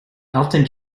elton